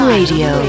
Radio